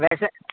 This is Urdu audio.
ویسے